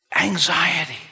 Anxiety